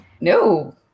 No